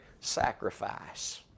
sacrifice